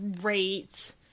great